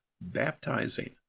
baptizing